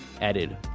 added